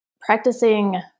Practicing